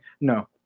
no